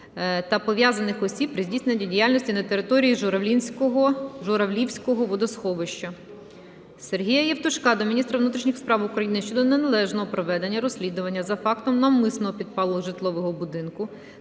та пов'язаних осіб при здійсненні діяльності на території Журавлівського водосховища. Сергія Євтушка до міністра внутрішніх справ України щодо неналежного проведення розслідування за фактом навмисного підпалу житлового будинку